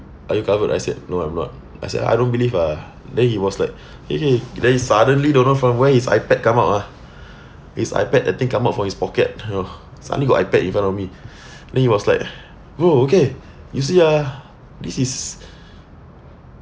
are you covered I said no I'm not I said I don't believe ah then he was like okay then suddenly don't know from where his iPad come out ah his iPad I think come out from his pocket !oho! suddenly got iPad in front of me then he was like oh okay you see ah this is